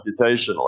computationally